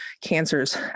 cancers